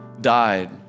died